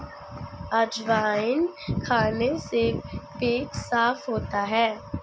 अजवाइन खाने से पेट साफ़ होता है